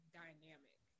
dynamic